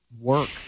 work